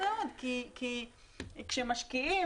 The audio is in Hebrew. כשמשקיעים